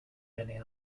many